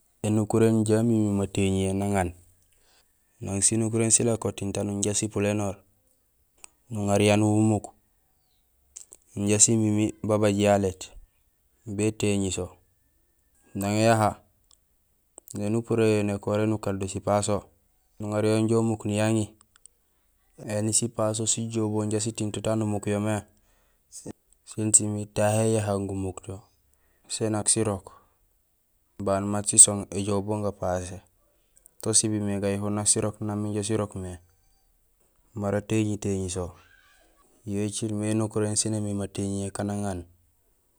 Ēnukuréén injé mumuur matéñiyé nang aan; nang sinukuréén silako tiin tanuur inja sipulénoor nuŋar yanuur umuk inja simimi babaj ya lét bétéñi so nang éyaha néni upuréén yo nékoré nukaat do sipaso nuŋar yo inja umuk niyaŋi éni sipaso sijool bo inja sitiiŋ to taan umuk yo mé sin simiir tahé éyaha gumuk to sén nak sirok baan mat sisong éjoow bu gapasé to sibimé galako nak sirok nang minja sirok mé mara téñitéñi so yo écilmé énukuréén sén amiir matéñiyé kanang aan.